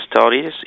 studies